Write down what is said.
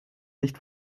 nicht